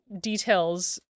details